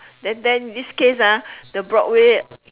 then then this case ah the broad way